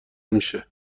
میشه